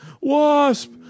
Wasp